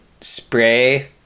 spray